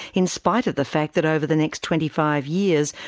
in spite of the fact that over the next twenty five years,